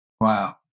Wow